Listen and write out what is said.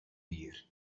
hir